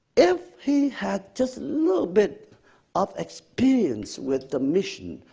if he had just a little bit of experience with the mission,